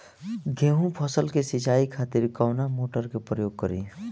गेहूं फसल के सिंचाई खातिर कवना मोटर के प्रयोग करी?